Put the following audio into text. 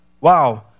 wow